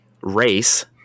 race